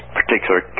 particular